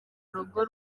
urugo